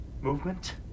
Movement